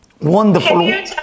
Wonderful